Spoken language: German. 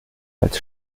als